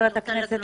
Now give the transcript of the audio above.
חברת הכנסת